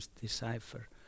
decipher